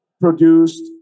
produced